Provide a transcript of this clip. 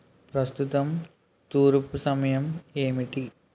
ప్రస్తుతం తూర్పు సమయం ఏమిటి